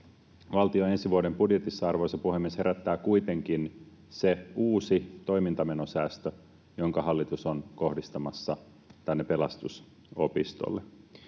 valtion ensi vuoden budjetissa, arvoisa puhemies, herättää kuitenkin se uusi toimintamenosäästö, jonka hallitus on kohdistamassa Pelastusopistolle.